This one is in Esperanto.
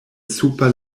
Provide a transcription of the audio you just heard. super